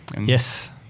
yes